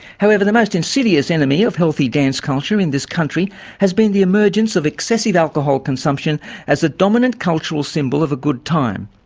however, the most insidious enemy of healthy dance culture in this country has been the emergence of excessive alcohol consumption as the dominant cultural symbol of a good time.